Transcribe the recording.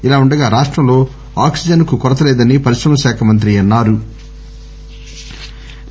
ఇలా ఉండగా రాష్టంలో ఆక్సిజన్ కు కొరత లేదని పరిశ్రమల శాఖ మంత్రి అన్నారు